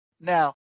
Now